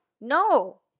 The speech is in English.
No